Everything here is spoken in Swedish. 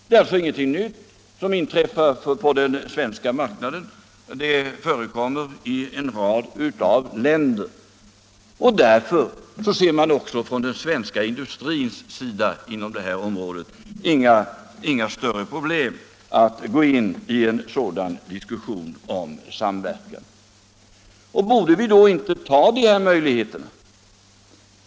Det är därför ingenting nytt som inträffar på den svenska marknaden — det förekommer i en rad länder. Därför ser man också från den svenska industrin inom detta område inga större problem när det gäller att gå in i en sådan diskussion om samverkan. Borde vi då inte ta vara på de här möjligheterna?